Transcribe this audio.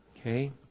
okay